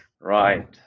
Right